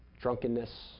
drunkenness